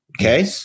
okay